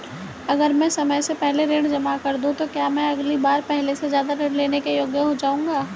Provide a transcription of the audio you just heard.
अगर मैं समय से पहले ऋण जमा कर दूं तो क्या मैं अगली बार पहले से ज़्यादा ऋण लेने के योग्य हो जाऊँगा?